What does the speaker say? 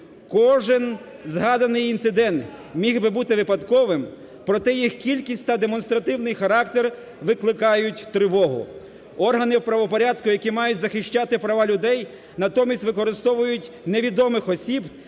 Кожен згаданий інцидент міг би бути випадковим, проте їх кількість та демонстративний характер викликають тривогу. Органи правопорядку, які мають захищати права людей, натомість використовують невідомих осіб